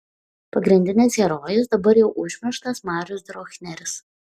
pagrindinis herojus dabar jau užmirštas marius drochneris